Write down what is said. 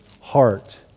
heart